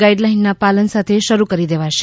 ગાઇડલાઇનના પાલન સાથે શરૂ કરી દેવાશે